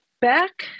Back